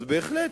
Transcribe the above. אז בהחלט,